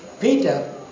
Peter